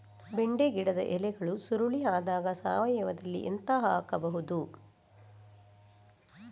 ಬೆಂಡೆ ಗಿಡದ ಎಲೆಗಳು ಸುರುಳಿ ಆದಾಗ ಸಾವಯವದಲ್ಲಿ ಎಂತ ಹಾಕಬಹುದು?